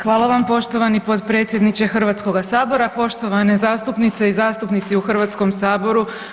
Hvala vam poštovani potpredsjedniče Hrvatskoga sabora, poštovane zastupnice i zastupnici u Hrvatskom saboru.